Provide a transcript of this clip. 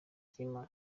ry’imana